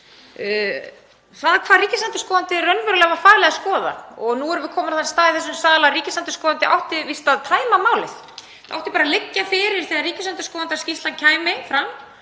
það hvað ríkisendurskoðandi var raunverulega falið að skoða. Nú erum við komin á þann stað í þessum sal að ríkisendurskoðandi átti víst að tæma málið. Það átti bara að liggja fyrir þegar ríkisendurskoðandaskýrslan kæmi fram